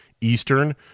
Eastern